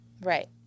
Right